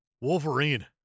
Wolverine